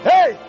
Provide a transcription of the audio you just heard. Hey